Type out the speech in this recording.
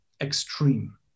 extreme